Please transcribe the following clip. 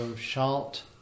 shalt